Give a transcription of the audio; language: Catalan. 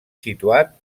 situat